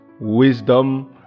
wisdom